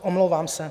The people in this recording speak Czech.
Omlouvám se.